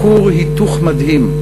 כור היתוך מדהים,